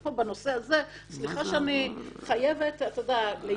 ופה בנושא הזה סליחה שאני חייבת להתפרע.